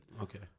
Okay